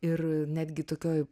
ir netgi tokioj